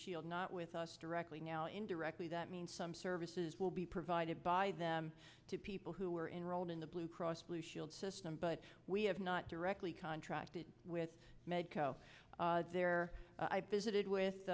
shield not with us directly now indirectly that means some services will be provided by them to people who are enrolled in the blue cross blue shield system but we have not directly contracted with medco there i visited with